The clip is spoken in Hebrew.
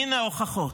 הינה ההוכחות.